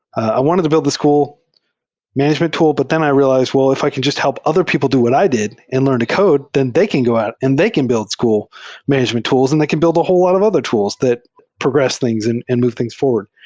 i wanted to build the school management tool, but then i realized, well, if i can jus t help other people do what i did and learn to code, then they can go out and they can build school management tools, and they can build a whole lot of other tools that progress things and and move things forward,